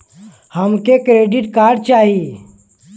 हमके credit card चाही